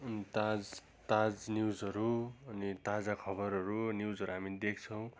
अनि ताज ताज न्युजहरू अनि ताजा खबरहरू न्युजहरू हामी देख्छौँ